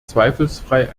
zweifelsfrei